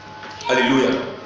Hallelujah